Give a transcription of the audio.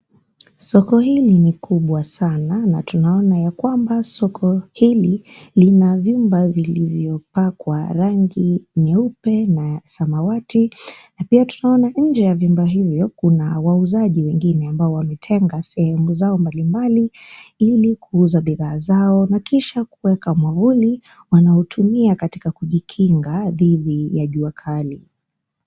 Soko hili ni kubwa sana na tunaona ya kwamba soko hili, lina vyumba vilivyopakwa rangi nyeupe na ya samawati, na pia tunaona nje ya vyumba hivyo kuna wauzaji wengine ambao wametenga sehemu zao mbalimbali ili kuuza bidhaa zao na kisha kuweka mwavuli wanaotumia katika kujikinga dhidi ya jua kali.